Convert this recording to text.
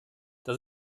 das